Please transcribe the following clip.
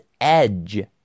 Edge